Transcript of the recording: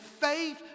Faith